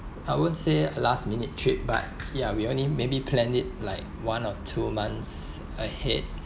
I won't say last minute trip but ya we only maybe plan it like one or two months ahead